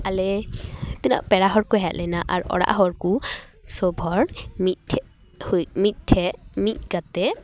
ᱟᱞᱮ ᱛᱤᱱᱟᱹᱜ ᱯᱮᱲᱟ ᱦᱚᱲ ᱠᱚ ᱦᱮᱜ ᱞᱮᱱᱟ ᱟᱨ ᱚᱲᱟᱜ ᱦᱚᱲ ᱠᱚ ᱥᱳᱵ ᱦᱚᱲ ᱢᱤᱜᱴᱷᱮᱡ ᱦᱩᱭ ᱢᱤᱫᱴᱷᱮᱡ ᱢᱤᱫ ᱠᱟᱛᱮᱫ